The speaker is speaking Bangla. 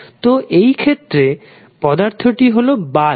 তো এই ক্ষেত্রে পদার্থটি হলো বাল্ব